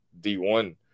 D1